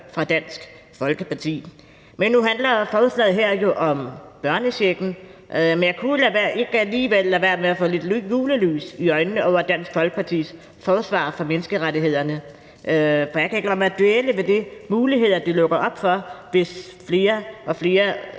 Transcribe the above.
fra Dansk Folkepartis side. Nu handler forslaget her jo om børnechecken, men jeg kunne alligevel ikke lade være med at få lidt julelys i øjnene over Dansk Folkepartis forsvar for menneskerettighederne, for jeg kan ikke lade være med at dvæle ved de muligheder, det lukker op for, hvis flere og flere